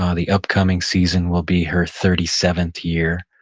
um the upcoming season will be her thirty seventh year,